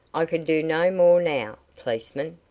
i can do no more now, policeman.